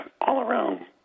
all-around